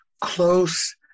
close